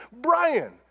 Brian